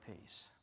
peace